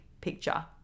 picture